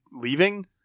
leaving